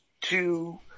two